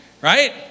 right